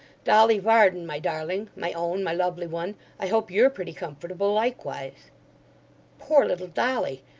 dolly varden, my darling my own, my lovely one i hope you're pretty comfortable likewise poor little dolly!